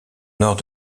nord